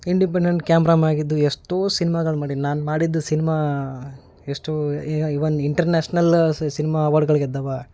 independent ಕ್ಯಾಮ್ರಮಾಗಿದ್ದು ಎಷ್ಟೋ ಸಿನ್ಮಗಳು ಮಾಡೀನಿ ನಾನು ಮಾಡಿದ್ದು ಸಿನ್ಮಾ ಎಷ್ಟೋ ಈವನ್ ಇಂಟರ್ನ್ಯಾಷ್ನಲ್ ಸಿನ್ಮಾ ಅವಾರ್ಡ್ಗಳು ಗೆದ್ದಿವೆ